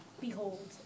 Behold